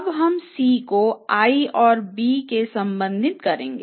अब हम C को i और b से संबंधित करेंगे